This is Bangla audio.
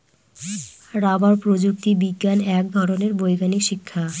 রাবার প্রযুক্তি বিজ্ঞান এক ধরনের বৈজ্ঞানিক শিক্ষা